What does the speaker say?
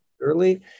early